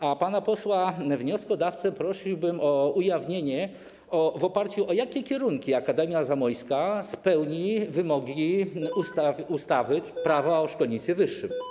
A pana posła wnioskodawcę prosiłbym o ujawnienie, w oparciu o jakie kierunki Akademia Zamojska spełni wymogi ustawy Prawo o szkolnictwie wyższym i nauce.